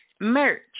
merch